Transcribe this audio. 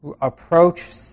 approach